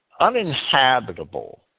uninhabitable